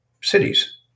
cities